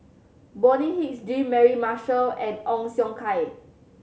Bonny Hicks Jean Mary Marshall and Ong Siong Kai